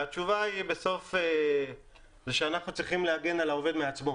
התשובה בסוף היא שאנחנו צריכים להגן על העובד מעצמו,